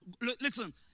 listen